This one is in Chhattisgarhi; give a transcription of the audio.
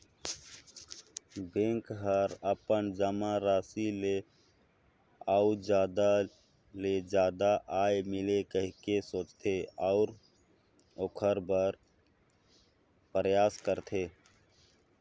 बेंक हर अपन जमा राशि ले अउ जादा ले जादा आय मिले कहिके सोचथे, अऊ ओखर बर परयास करथे